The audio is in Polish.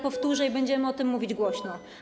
Powtórzę to i będziemy o tym mówić głośno.